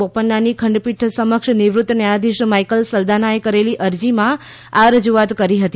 બોપન્નાની ખંડપીઠ સમક્ષ નિવૃત્ત ન્યાયાધીશ માઇકલ સલદાનાએ કરેલી અરજીમાં આ રજુઆત કરી હતી